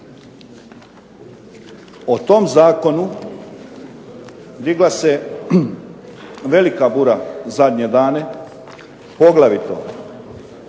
O tom zakonu digla se velika bura zadnje dane, poglavito